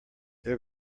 their